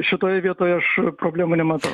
šitoje vietoje aš problemų nematau